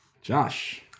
Josh